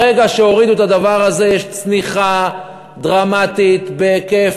ברגע שהורידו את הדבר הזה יש צניחה דרמטית בהיקף